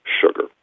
sugar